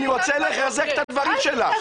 אני רוצה לחזק את הדברים שלך.